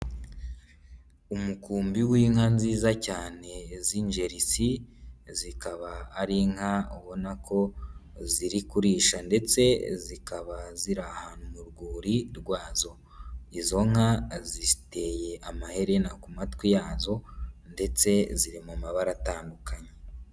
Umukumbi w'inka nziza cyane z'injerisi zikaba ari inka ubona ko ziri kurisha ndetse zikaba ziri ahantu mu rwuri rwazo, izo nka aziteye amaherena ku matwi yazo ndetse ziri mu mabara atandukanye.